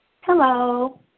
Hello